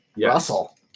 Russell